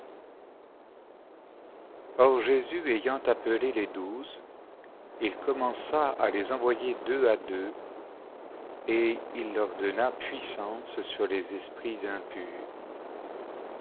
ayant appelé les douze il commença à les envoyer deux à deux et il leur donna puissance sur les esprits impurs